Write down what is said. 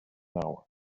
hour